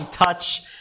Touch